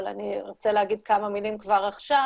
אבל אני ארצה להגיד כמה מילים כבר עכשיו